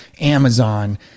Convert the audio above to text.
Amazon